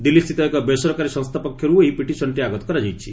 ଦିଲ୍ଲୀ ସ୍ଥିତ ଏକ ବେସରକାରୀ ସଂସ୍ଥା ପକ୍ଷରୁ ଏହି ପିଟିସନ୍ଟି ଆଗତ କରାଯାଇଛି